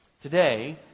Today